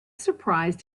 surprised